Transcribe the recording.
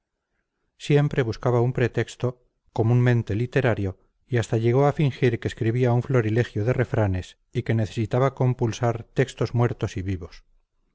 siempre buscaba un pretexto comúnmente literario y hasta llegó a fingir que escribía un florilegio de refranes y que necesitaba compulsar textos muertos y vivos